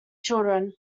children